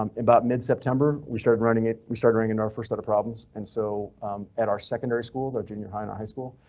um about mid september we started running it. we starting and our first set of problems and so at our secondary school there junior high and high school.